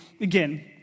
again